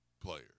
players